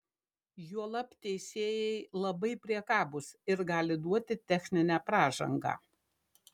juolab teisėjai labai priekabūs ir gali duoti techninę pražangą